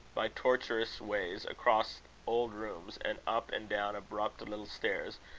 by tortuous ways, across old rooms, and up and down abrupt little stairs,